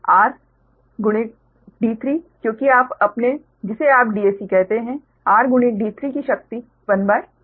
r गुणित d3 क्योंकि आप अपने जिसे आप Dac कहते हैं r गुणित d3 की शक्ति 12 होगा